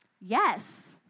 Yes